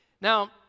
Now